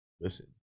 Listen